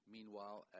Meanwhile